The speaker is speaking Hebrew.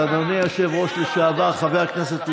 אז אדוני היושב-ראש לשעבר חבר הכנסת לוין,